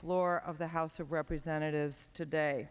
floor of the house of representatives today